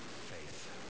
faith